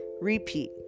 repeat